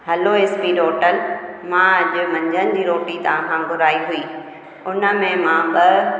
hello S P hotel मां अॼु मंझंदि जी रोटी तव्हांखां घुराई हुई उन में मां ॿ